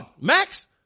Max